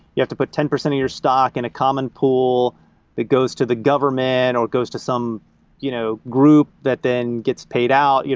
you have to put ten percent of your stock in a common pool that goes to the government, or it goes to some you know group that then gets paid out.